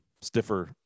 stiffer